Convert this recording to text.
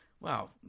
wow